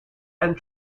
and